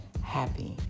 happy